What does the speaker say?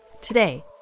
Today